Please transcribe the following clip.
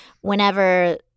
whenever